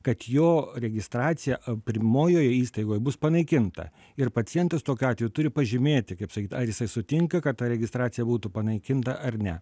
kad jo registracija pirmojoj įstaigoj bus panaikinta ir pacientas tokiu atveju turi pažymėti kaip sakyt ar jisai sutinka kad ta registracija būtų panaikinta ar ne